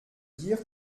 dire